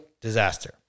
disaster